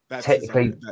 technically